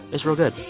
it's real good